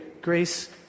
grace